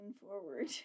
forward